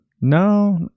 No